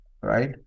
right